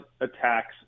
attacks